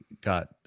got